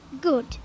Good